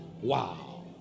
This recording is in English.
Wow